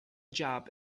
job